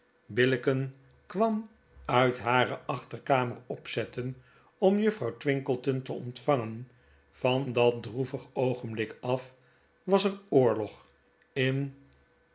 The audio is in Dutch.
kwam uit hare achterkamer opzetten om juffrouw twinkleton te ontvangen van dat droevig oogenblik af was er oorlog in